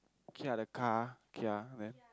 kia the car Kia then